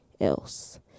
else